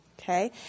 Okay